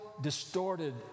distorted